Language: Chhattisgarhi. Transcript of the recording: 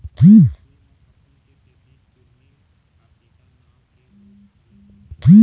फूल म फफूंद के सेती चूर्निल आसिता नांव के रोग घलोक होथे